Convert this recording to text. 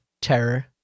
terror